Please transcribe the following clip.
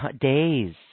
Days